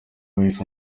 wahise